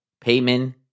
payment